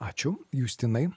ačiū justinai